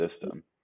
system